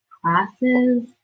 classes